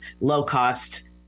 low-cost